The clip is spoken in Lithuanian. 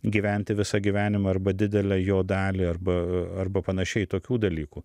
gyventi visą gyvenimą arba didelę jo dalį arba arba panašiai tokių dalykų